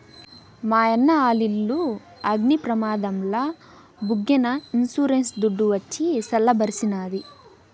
మాయన్న ఆలిల్లు అగ్ని ప్రమాదంల బుగ్గైనా ఇన్సూరెన్స్ దుడ్డు వచ్చి సల్ల బరిసినాది